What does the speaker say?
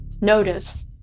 notice